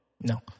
No